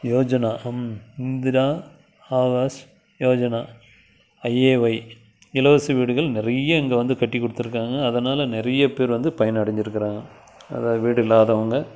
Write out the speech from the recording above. யோஜனா அம் இதுதான் ஆவாஸ் யோஜனா ஐஏஒய் இலவச வீடுகள் நிறைய இங்கே வந்து கட்டிக்கொடுத்திருக்காங்க அதனால் நிறைய பேரு வந்து பயனடைஞ்சிருக்குறாங்க அதான் வீடு இல்லாதவங்க